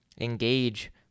Engage